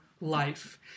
life